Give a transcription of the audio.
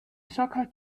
soccer